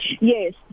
Yes